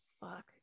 Fuck